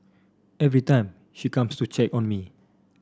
every time she comes to check on me